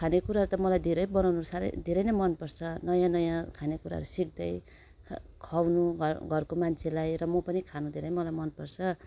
खानेकुरा त मलाई धेरै बनाउनु साह्रै धेरै नै मनपर्छ नयाँ नयाँ खानेकुराहरू सिक्दै खुवाउनु घरको मान्छेलाई र म पनि खानु धेरै मलाई पनि मनपर्छ